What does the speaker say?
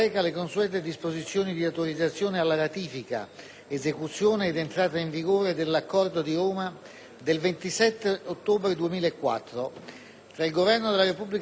del 27 ottobre 2004 tra il Governo della Repubblica italiana ed il Governo degli Stati Uniti d'America in merito alla conduzione di «ispezioni su sfida»